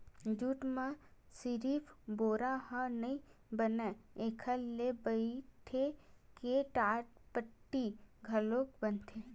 jute म सिरिफ बोरा ह नइ बनय एखर ले बइटे के टाटपट्टी घलोक बनथे